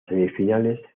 semifinales